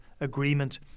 agreement